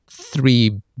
three